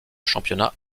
championnat